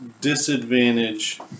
disadvantage